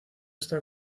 está